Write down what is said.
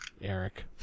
Eric